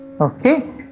okay